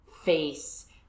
face